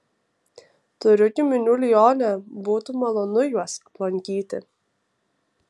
turiu giminių lione būtų malonu juos aplankyti